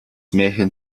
märchen